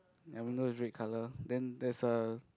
their window is red color then there's a